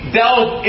delve